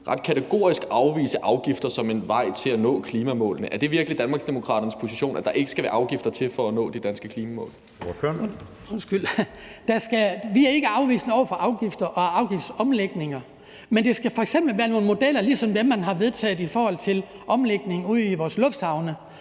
ret kategorisk afvise afgifter som en vej til at nå klimamålene. Er det virkelig Danmarksdemokraternes position, at der ikke skal afgifter til for at nå de danske klimamål? Kl. 14:08 Anden næstformand (Jeppe Søe): Ordføreren. Kl. 14:08 Hans Kristian Skibby (DD): Vi er ikke afvisende over for afgifter og afgiftsomlægninger. Men det skal f.eks. være nogle modeller ligesom dem, man har vedtaget i forhold til omlægning ude i vores lufthavne,